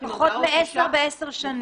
פחות מעשרה מקרים בעשר שנים.